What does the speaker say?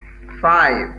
five